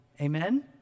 Amen